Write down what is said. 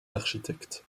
architectes